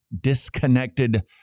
disconnected